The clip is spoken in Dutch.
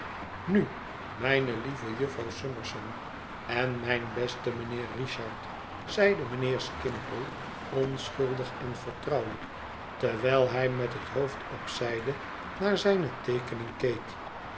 nu mijne lieve jufvrouw summerson en mijn beste mijnheer richard zeide mijnheer skimpole onschuldig en vertrouwelijk terwijl hij met het hoofd op zijde naar zijne teekening keek